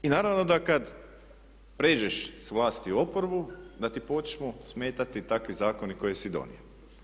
I naravno da kada pređeš s vlasti u oporbu da ti počnu smetati takvi zakoni koje si donio.